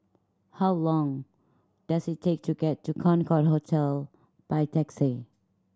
how long does it take to get to Concorde Hotel by taxi